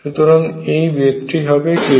সুতরাং এই বেধটি হবে kT